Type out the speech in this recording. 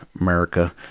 America